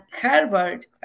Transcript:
Harvard